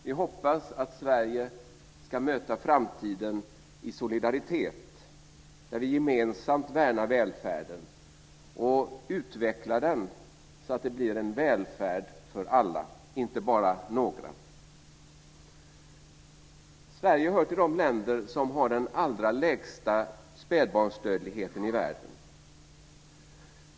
Vi hoppas att Sverige ska möta framtiden i solidaritet där vi gemensamt värnar välfärden och utvecklar den så att det blir en välfärd för alla och inte bara för några. Sverige hör till de länder som har den allra lägsta spädbarnsdödligheten i världen.